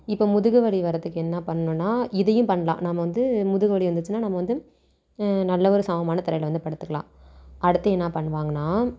இப்போ முதுகுவலி வரதுக்கு என்ன பண்ணணுன்னா இதையும் பண்ணலாம் நம்ம வந்து முதுவலி வந்துச்சுன்னா நம்ம வந்து நல்ல ஒரு சமமான தரையில் வந்து படுத்துக்கலாம் அடுத்து என்ன பண்ணுவாங்கன்னால்